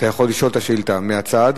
אתה יכול לשאול את השאילתא מהצד.